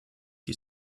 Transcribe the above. die